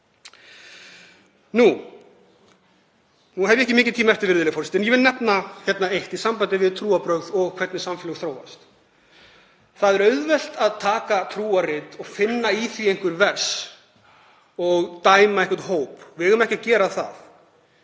Nú á ég ekki mikinn tíma eftir, virðulegi forseti, en ég vil nefna eitt í sambandi við trúarbrögð og hvernig samfélög þróast. Það er auðvelt að taka trúarrit og finna í því einhver vers og dæma einhvern hóp. Við eigum ekki að gera það.